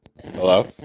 Hello